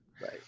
Right